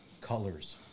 Colors